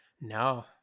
no